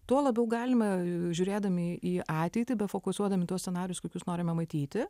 tuo labiau galima žiūrėdami į ateitį befokusuodami tuos scenarijus kokius norime matyti